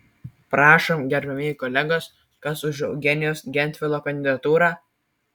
prašom gerbiamieji kolegos kas už eugenijaus gentvilo kandidatūrą